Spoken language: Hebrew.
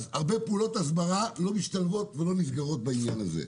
אז הרבה פעולות הסברה לא משתלבות ולא נסגרות בעניין הזה.